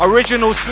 Original